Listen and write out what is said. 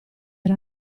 era